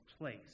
place